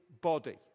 body